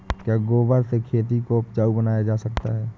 क्या गोबर से खेती को उपजाउ बनाया जा सकता है?